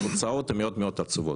והתוצאות הן מאוד מאוד עצובות.